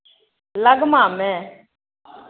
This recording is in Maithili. लगमामे